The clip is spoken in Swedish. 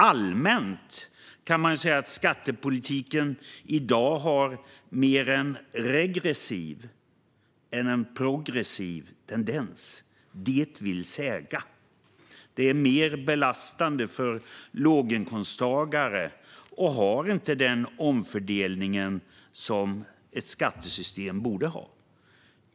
Allmänt kan man säga att skattepolitiken i dag har mer en regressiv än en progressiv tendens, det vill säga att den är mer belastande för låginkomsttagare och inte har den omfördelning som ett skattesystem borde ha.